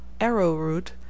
arrowroot